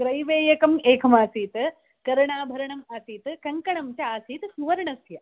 ग्रैवेयकम् एकमासीत् कर्णाभरणम् आसीत् कङ्कणं च आसीत् सुवर्णस्य